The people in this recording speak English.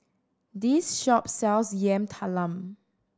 this shop sells Yam Talam